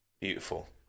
beautiful